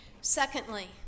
Secondly